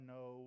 no